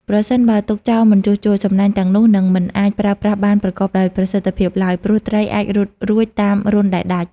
ប្រសិនបើទុកចោលមិនជួសជុល សំណាញ់ទាំងនោះនឹងមិនអាចប្រើប្រាស់បានប្រកបដោយប្រសិទ្ធភាពឡើយ ព្រោះត្រីអាចរត់រួចតាមរន្ធដែលដាច់។